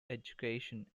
education